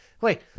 wait